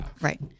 Right